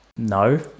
no